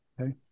Okay